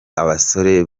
abasore